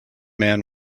man